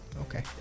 Okay